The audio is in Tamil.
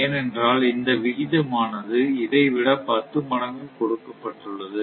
ஏனென்றால் இந்த விகிதமானது இதை விட பத்து மடங்கு கொடுக்கப்பட்டுள்ளது